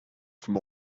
from